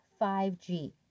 5G